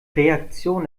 reaktion